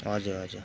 हजुर हजुर